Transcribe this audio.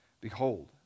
Behold